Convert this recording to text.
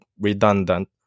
redundant